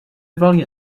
value